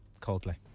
Coldplay